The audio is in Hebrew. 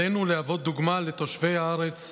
עלינו להוות דוגמה לתושבי הארץ,